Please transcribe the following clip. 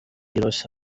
los